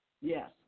Yes